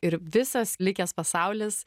ir visas likęs pasaulis